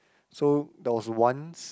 so there was once